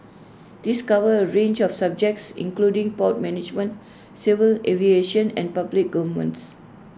these cover A range of subjects including port management civil aviation and public governance